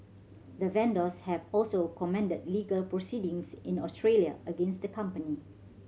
the vendors have also commend legal proceedings in Australia against the company